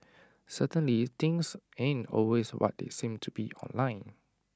certainly things aren't always what they seem to be online